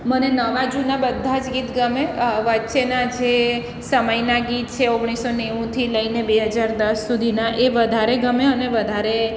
મને નવા જૂના બધા જ ગીત ગમે વચ્ચેના જે સમયના ગીત છે ઓગણીસો નેવુંથી લઈને બે હજાર દસ સુધીના એ વધારે ગમે અને વધારે